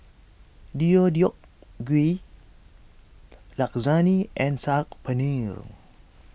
Deodeok Gui Lasagne and Saag Paneer